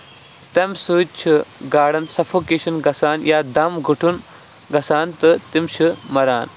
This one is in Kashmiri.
تَمہِ سۭتۍ چھُ گاڈَن سَفوکیشن گژھان یا دم گٹُن گژھان تہٕ تِم چھِ مَران